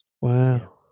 Wow